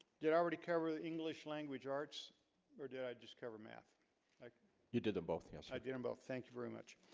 did already cover the english language arts or did i just cover math like you did them both? yes, i didn't both thank you very much